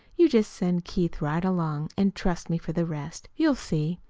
you just send keith right along, and trust me for the rest. you'll see,